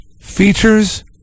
features